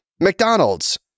McDonald's